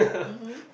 mmhmm